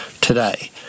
today